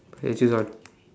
okay you choose one